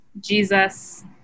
Jesus